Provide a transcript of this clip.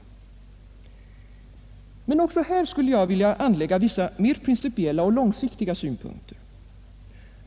Men också i detta sammanhang skulle jag vilja anlägga vissa mer principiella och långsiktiga synpunkter.